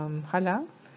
um halal